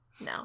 No